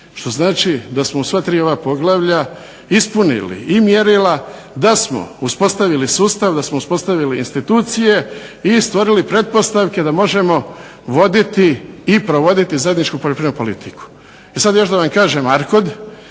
što znači da smo u sva tri ova poglavlja ispunili i mjerila, da smo uspostavili sustav, da smo uspostavili institucije i stvorili pretpostavke da možemo voditi i provoditi zajedničku poljoprivrednu politiku. Sad još da vam kažem Arcod,